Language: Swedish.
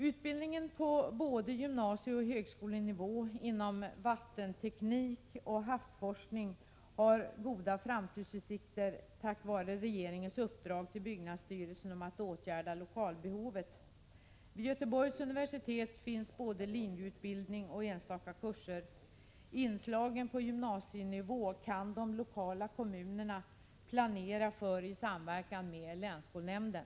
Utbildningen på både gymnasieoch högskolenivå inom vattenteknik och havsforskning har goda framtidsutsikter tack vare regeringens uppdrag till byggnadsstyrelsen att åtgärda lokalbehovet. Vid Göteborgs universitet finns både linjeutbildning och enstaka kurser. Inslagen på gymnasienivå kan de lokala kommunerna planera för i samverkan med länsskolnämnden.